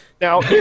Now